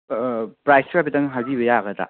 ꯄ꯭ꯔꯥꯏꯁꯇꯣ ꯍꯥꯏꯐꯦꯠꯇꯪ ꯍꯥꯏꯕꯤꯕ ꯌꯥꯒꯗ꯭ꯔꯥ